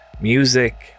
music